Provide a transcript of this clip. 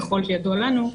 ככל שידוע לנו,